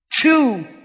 two